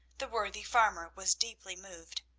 the worthy farmer was deeply moved.